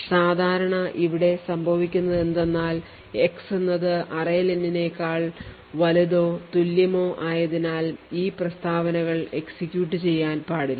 സാധാരണ ഇവിടെ സംഭവിക്കേണ്ടതെന്തെന്നാൽ x എന്നത് array len നേക്കാൾ വലുതോ തുല്യമോ ആയതിനാൽ ഈ പ്രസ്താവനകൾ എക്സിക്യൂട്ട് ചെയ്യാൻ പാടില്ല